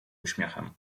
uśmiechem